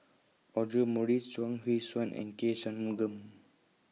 Audra Morrice Chuang Hui Tsuan and K Shanmugam